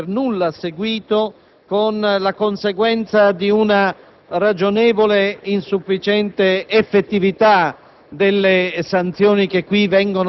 L'emendamento 8.201 ripropone il tema della proporzionalità delle sanzioni rispetto alle violazioni.